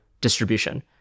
distribution